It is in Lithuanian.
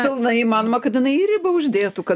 pilnai įmanoma kad jinai ribą uždėtų kad